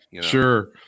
Sure